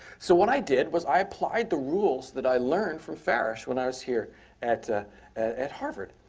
so what i did was i applied the rules that i learned from farish when i was here at ah at harvard.